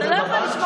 מה לעשות?